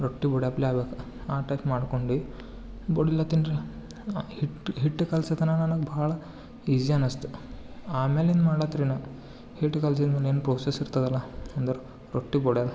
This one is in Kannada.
ರೊಟ್ಟಿ ಬಡಿಯಾಪ್ಲೆ ಆಗಬೇಕು ಆ ಟೈಪ್ ಮಾಡ್ಕೊಂಡು ಬಡಿಲತ್ತೀನ್ರಿ ಆ ಹಿಟ್ಟು ಹಿಟ್ಟು ಕಲಸ್ಗೋತನ ನನಗೆ ಭಾಳ ಈಜಿ ಅನಿಸ್ತು ಅಮ್ಯಾಲಿನ ಮಾಡೋತ್ರಿ ನಾ ಹಿಟ್ಟು ಕಲಸಿದೀನ್ ಏನು ಪ್ರೋಸಸ್ಸ್ ಇರ್ತದಲ್ಲ ಅಂದರು ರೊಟ್ಟಿ ಬಡಿಯೋದು